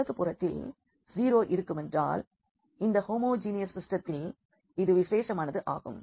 வலதுபுறத்தில் 0 இருக்குமென்றால் இந்த ஹோமோஜீனியஸ் சிஸ்டத்தில் இது விசேஷமானது ஆகும்